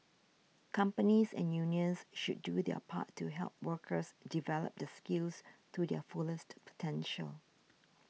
companies and unions should do their part to help workers develop their skills to their fullest potential